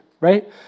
right